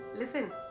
Listen